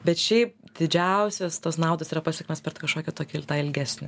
bet šiaip didžiausios tos naudos yra pasiektos per kažkokią tokį tą ilgesnį